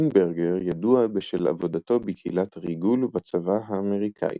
לינברגר ידוע בשל עבודתו בקהילת הריגול ובצבא האמריקאי.